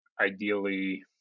ideally